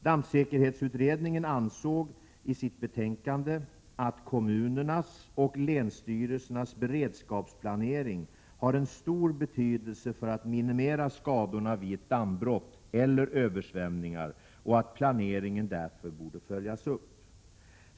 Dammsäkerhetsutredningen ansåg i sitt betänkande att kommunernas och länsstyrelsernas beredskapsplanering har en stor betydelse för att minimera skadorna vid ett dammbrott eller översvämningar och att planeringen därför borde följas upp.